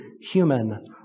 human